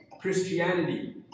Christianity